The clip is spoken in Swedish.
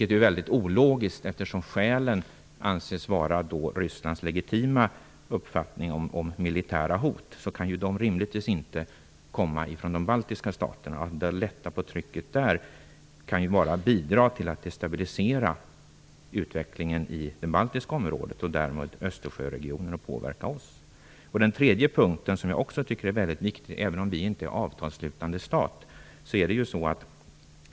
Det är väldigt ologiskt, eftersom skälet anses vara Rysslands legitima uppfattning om militära hot, vilka rimligtvis inte kan komma från de baltiska staterna. Att lätta på trycket där kan bara bidra till att destabilisera utvecklingen i det baltiska området och därmed Östersjöregionen och påverka oss. Sedan finns det en tredje punkt som jag också tycker är väldigt viktig, även om vi inte är avtalsslutande stat.